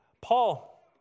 Paul